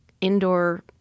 indoor